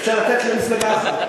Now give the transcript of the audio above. במקום סיעות, אפשר לתת למפלגה אחת.